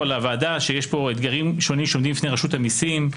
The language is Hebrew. --- פה לוועדה שיש פה אתגרים שונים שעומדים בפני רשות המיסים.